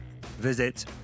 visit